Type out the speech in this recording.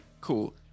cool